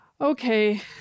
Okay